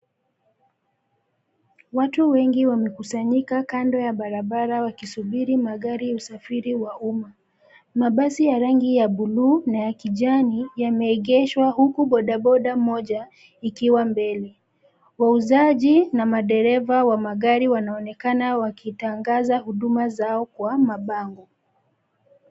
Watu wengi wamekusanyika kando ya barabara wakisubiri magari usafiri wa umma. Mabasi ya rangi ya bluu na ya kijani, yameegeshwa huku bodaboda moja ikiwa mbele. Wauzaji na madereva wa magari wanaonekana wakitangaza huduma zao kwa mabango.